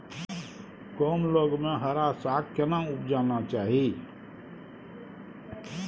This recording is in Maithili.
कम लग में हरा साग केना उपजाना चाही?